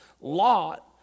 Lot